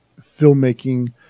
filmmaking